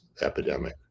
epidemic